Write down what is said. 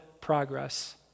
progress